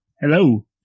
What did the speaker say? Hello